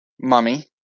Mummy